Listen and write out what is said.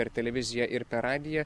per televiziją ir per radiją